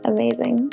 Amazing